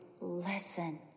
listen